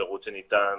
שירות שניתן